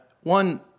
one